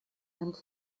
and